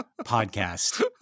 podcast